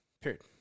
period